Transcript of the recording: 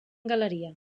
galeria